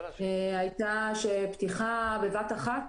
הייתה שפתיחה בבת אחת,